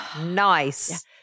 Nice